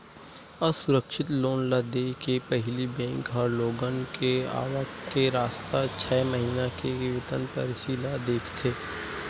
असुरक्छित लोन ल देय के पहिली बेंक ह लोगन के आवक के रस्ता, छै महिना के वेतन परची ल देखथे